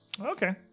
okay